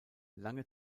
lange